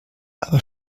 aber